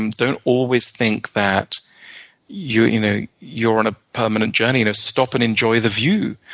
and don't always think that you're you know you're on a permanent journey. and stop and enjoy the view.